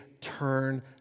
turn